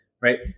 Right